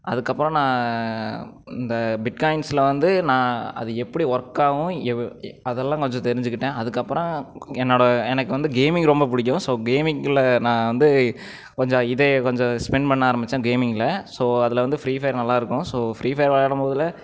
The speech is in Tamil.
அதுக்கப்புறம் நான் இந்த பிட் காயின்ஸ்சில் வந்து நான் அது எப்படி ஒர்க் ஆகும் அதெல்லாம் கொஞ்சம் தெரிஞ்சுக்கிட்டேன் அதுக்கப்புறம் என்னோட எனக்கு வந்து கேமிங் ரொம்ப பிடிக்கும் ஸோ கேமிங் குள்ளே நான் வந்து கொஞ்சம் இது கொஞ்சம் ஸ்பெண்ட் பண்ண ஆரம்பித்தேன் கேமிங்கில் ஸோ அதில் வந்து ஃப்ரீ ஃபயர் நல்லாயிருக்கும் ஸோ ஃப்ரீ ஃபயர் விளையாடும் போதில்